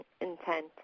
intent